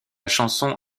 chanson